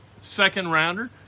second-rounder